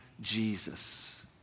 Jesus